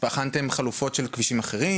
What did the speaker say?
בחנתם חלופות של כבישים אחרים?